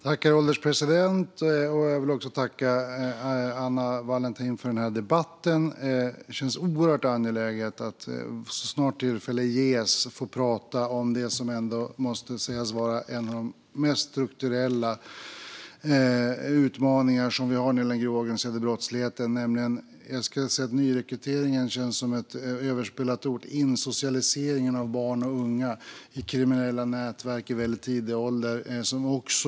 Herr ålderspresident! Jag vill också tacka för debatten, Anna Wallentheim! Det känns oerhört angeläget att så snart tillfälle ges prata om det som måste sägas vara en av de största strukturella utmaningar vi har när det gäller den grova organiserade brottsligheten, nämligen det jag skulle kalla insocialiseringen av barn och unga i kriminella nätverk i väldigt tidig ålder. Nyrekrytering känns som ett överspelat ord.